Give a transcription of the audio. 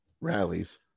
Rallies